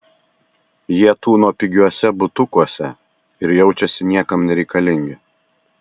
jie tūno pigiuose butukuose ir jaučiasi niekam nereikalingi